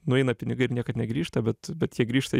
nueina pinigai ir niekad negrįžta bet bet jie grįžta